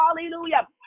hallelujah